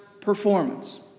performance